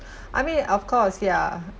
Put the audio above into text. I mean of course ya